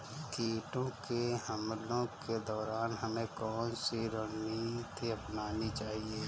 कीटों के हमलों के दौरान हमें कौन सी रणनीति अपनानी चाहिए?